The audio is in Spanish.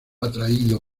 atraído